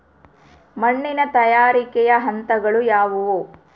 ಮಣ್ಣಿನ ತಯಾರಿಕೆಯ ಹಂತಗಳು ಯಾವುವು?